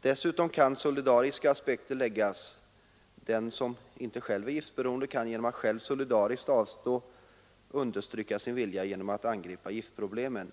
Dessutom kan solidariska aspekter läggas — den som inte är giftberoende skulle genom att själv solidariskt avstå understryka sin vilja att angripa giftproblemen.